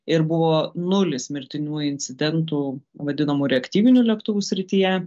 ir buvo nulis mirtinų incidentų vadinamų reaktyvinių lėktuvų srityje